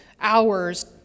hours